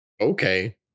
okay